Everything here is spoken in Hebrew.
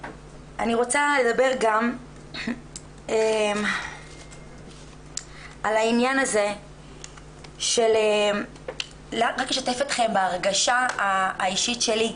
אני רוצה לדבר גם על העניין הזה של רק לשתף אתכם הרגשה האישית שלי.